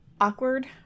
Awkward